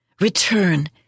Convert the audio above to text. return